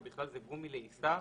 ובכלל זה גומי לעיסה,